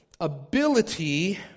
ability